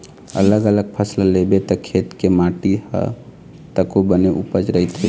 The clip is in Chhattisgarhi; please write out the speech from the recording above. अलग अलग फसल लेबे त खेत के माटी ह तको बने उपजऊ रहिथे